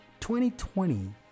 2020